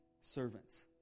servants